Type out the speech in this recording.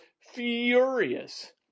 furious